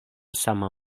sama